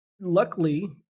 Luckily